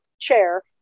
chair